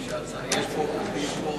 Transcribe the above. יש פה שתי הצעות